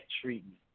treatment